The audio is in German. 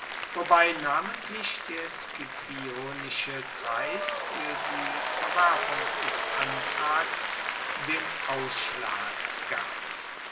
wobei namentlich der scipionische kreis für die verwerfung des antrags den ausschlag gab